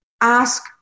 Ask